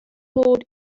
mod